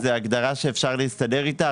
זו הגדרה שאפשר להסתדר איתה.